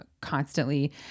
constantly